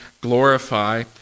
glorify